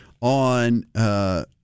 on